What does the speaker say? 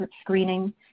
screening